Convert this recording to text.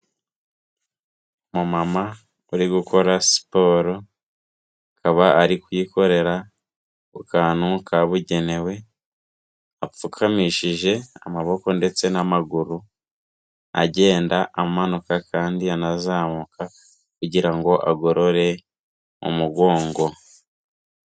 Umumama uri gukora siporo, akaba ari kuyikorera ku kantu kabugenewe, apfukamishije amaboko ndetse n'amaguru agenda amanuka kandi anazamuka kugira ngo agorore umugongo.